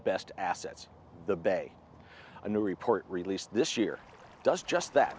best assets the bay a new report released this year does just that